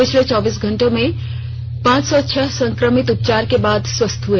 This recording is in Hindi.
पिछले चौबीस घंटों में पांच सौ छह संक्रमित उपचार के बाद स्वस्थ हए